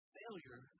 failure